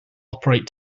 operate